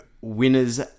winners